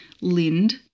Lind